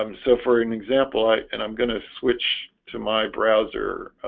um so for an example i and i'm going to switch to my browser.